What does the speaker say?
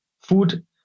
food